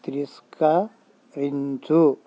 తిరస్కరించు